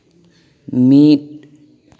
ᱢᱤᱫ